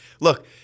look